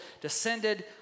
descended